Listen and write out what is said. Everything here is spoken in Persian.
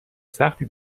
سختی